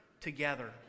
together